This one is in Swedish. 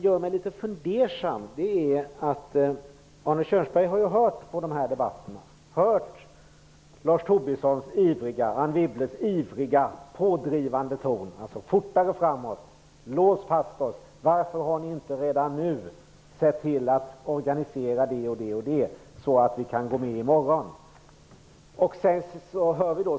Arne Kjörnsberg har ju lyssnat på debatterna och hört Lars Tobissons och Anne Wibbles ivriga pådrivande ton, alltså fortare framåt, lås fast oss. Varför har vi inte redan nu sett till att organisera det ena och det andra så att vi kan gå med i morgon?